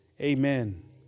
Amen